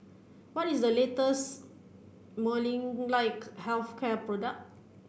what is the latest Molnylcke health care product